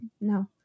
No